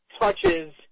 touches